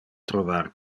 trovar